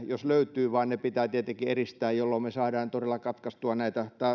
jos löytyy vaan ne pitää tietenkin eristää jolloin me saamme todella katkaistua näitä